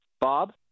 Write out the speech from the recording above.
Bob